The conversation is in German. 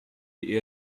die